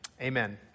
Amen